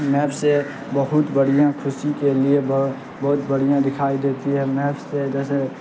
map سے بہت بڑھیاں خوشی کے لیے بہت بڑھیاں دکھائی دیتی ہے میپ سے جیسے